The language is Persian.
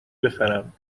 بخرم